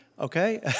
Okay